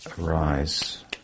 arise